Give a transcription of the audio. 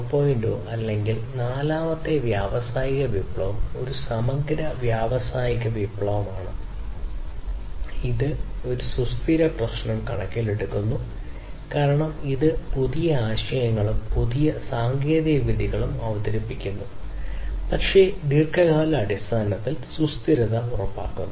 0 അല്ലെങ്കിൽ നാലാമത്തെ വ്യാവസായിക വിപ്ലവം ഒരു സമഗ്ര വ്യാവസായിക വിപ്ലവമാണ് ഇത് ഈ സുസ്ഥിരത പ്രശ്നം കണക്കിലെടുക്കുന്നു കാരണം ഇത് പുതിയ ആശയങ്ങളും പുതിയ സാങ്കേതികവിദ്യകളും അവതരിപ്പിക്കുന്നു പക്ഷേ ദീർഘകാലാടിസ്ഥാനത്തിൽ സുസ്ഥിരത ഉറപ്പാക്കുന്നു